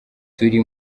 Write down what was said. turi